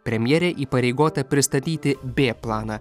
premjerė įpareigota pristatyti b planą